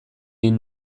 egin